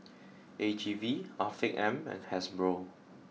A G V Afiq M and Hasbro